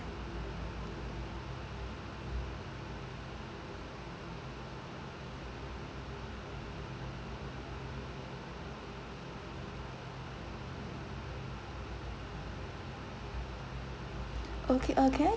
okay uh can I